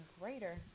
greater